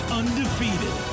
undefeated